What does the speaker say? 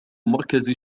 مركز